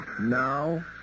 Now